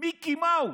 מיקי מאוס.